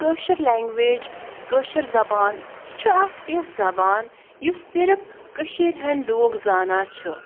کٲشٕر language Koshur زَبان یہِ چھِ اَکھ یِژھ زَبان یُس صرف کٔشیٖر ہٕنٛدۍ لوٗکھ زانان چھُ